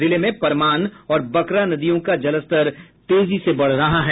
जिले में परमान और बकरा नदियों का जलस्तर तेजी से बढ रहा है